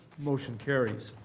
motion carries.